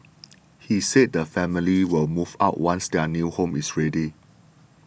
he said the family will move out once their new home is ready